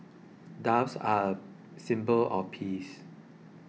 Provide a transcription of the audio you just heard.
doves are a symbol of peace